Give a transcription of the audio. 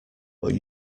but